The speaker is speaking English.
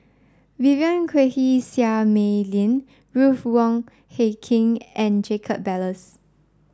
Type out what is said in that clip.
Vivien Quahe Seah Mei Lin Ruth Wong Hie King and Jacob Ballas